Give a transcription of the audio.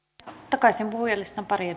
takaisin puhujalistan pariin